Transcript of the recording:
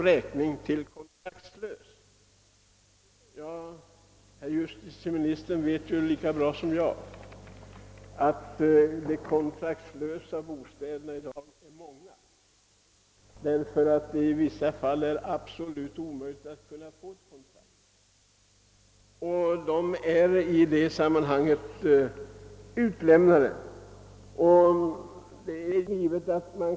Ja, herr justitieministern vet ju lika bra som jag att de kontraktslösa hyresgästerna i dag är många, därför att det i vissa fall är absolut omöjligt att få ett kontrakt. Dessa personer är helt utlämnade åt hyresvärdens godtycke.